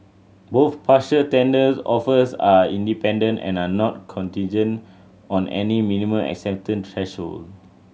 both partial tenders offers are independent and are not contingent on any minimum acceptance threshold